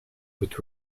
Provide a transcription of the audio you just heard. with